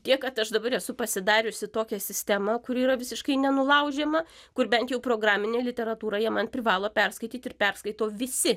tiek kad aš dabar esu pasidariusi tokią sistemą kuri yra visiškai nenulaužiama kur bent jau programinę literatūrą jie man privalo perskaityti ir perskaito visi